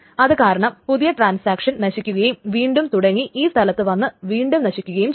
അതു കാരണം പുതിയ ട്രാൻസാക്ഷൻ നശിക്കുകയും വീണ്ടും തുടങ്ങി ഈ സ്ഥലത്ത് വന്ന് വീണ്ടും നശിക്കുകയും ചെയ്യുന്നു